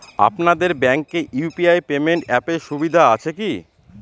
আপনাদের ব্যাঙ্কে UPI payment অ্যাপের সুবিধা আছে কি?